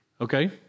Okay